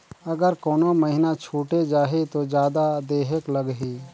अगर कोनो महीना छुटे जाही तो जादा देहेक लगही?